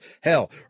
Hell